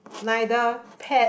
neither pet